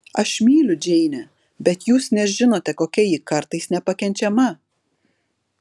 aš myliu džeinę bet jūs nežinote kokia ji kartais nepakenčiama